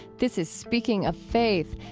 this is speaking of faith.